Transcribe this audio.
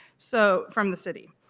so from the city.